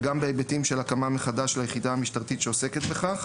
וגם בהיבטים של הקמה מחדש ליחידה המשטרתית שעוסקת בכך.